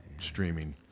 streaming